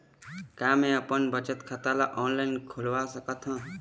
का मैं अपन बचत खाता ला ऑनलाइन खोलवा सकत ह?